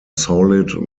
solid